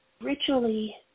ritually